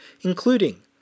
including